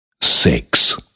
six